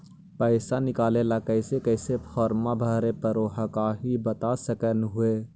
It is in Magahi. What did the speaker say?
पैसा निकले ला कैसे कैसे फॉर्मा भरे परो हकाई बता सकनुह?